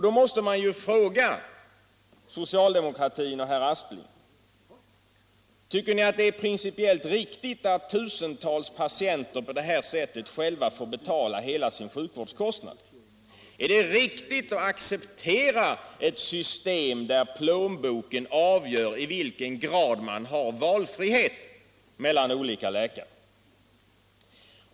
Då måste man fråga socialdemokratin och herr Aspling: Tycker ni att det är principiellt riktigt att tusentals patienter på detta sätt själva får betala hela sin sjukvårdskostnad? Är det riktigt att acceptera ett system där plånboken avgör i vilken grad man har valfrihet mellan olika läkare?